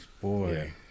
boy